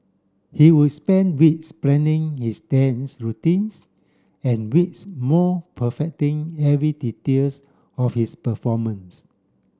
he would spend weeks planning his dance routines and weeks more perfecting every details of his performance